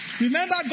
Remember